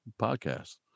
podcast